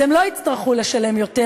אז הם לא יצטרכו לשלם יותר,